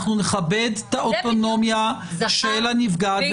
אנחנו נכבד את האוטונומיה של הנפגעת,